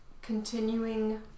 continuing